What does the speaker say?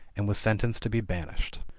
and was sentenced to be ban ished.